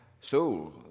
soul